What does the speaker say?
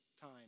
time